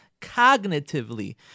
cognitively